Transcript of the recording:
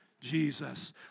Jesus